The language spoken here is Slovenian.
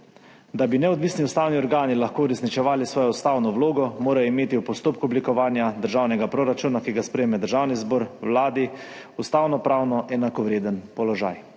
Da bi neodvisni ustavni organi lahko uresničevali svojo ustavno vlogo, morajo imeti v postopku oblikovanja državnega proračuna, ki ga sprejme Državni zbor, Vladi ustavnopravno enakovreden položaj.